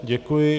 Děkuji.